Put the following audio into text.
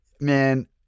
Man